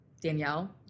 Danielle